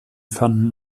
fanden